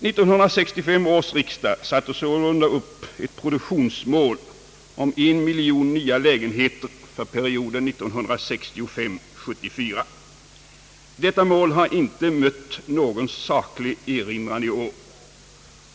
19635 års riksdag satte sålunda upp ett produktionsmål om en miljon nya lägenheter för perioden 1965—1974. Detta mål har inte mött någon saklig erinran i år.